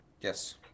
Yes